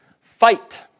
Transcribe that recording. Fight